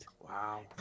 Wow